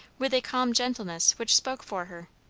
with a calm gentleness which spoke for her.